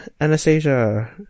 Anastasia